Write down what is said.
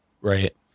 Right